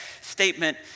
statement